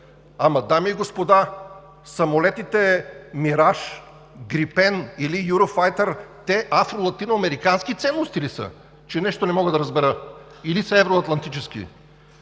Ама, дами и господа, самолетите „Мираж“, „Грипен“ или „Юрофайтър“ афро-латиноамерикански ценности ли са, че нещо не мога да разбера, или са евроатлантически?